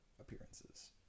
appearances